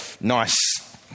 nice